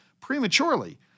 prematurely